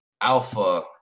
alpha